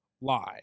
lie